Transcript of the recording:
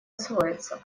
освоиться